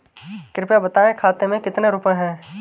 कृपया बताएं खाते में कितने रुपए हैं?